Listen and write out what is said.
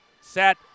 set